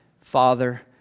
Father